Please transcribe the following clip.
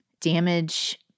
damage